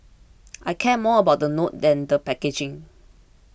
I care more about the note than the packaging